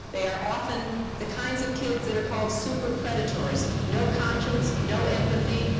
they are often the kinds of kids that are called super predators no conscience, no empathy.